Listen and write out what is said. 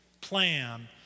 plan